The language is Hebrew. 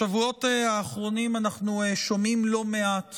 בשבועות האחרונים אנחנו שומעים לא מעט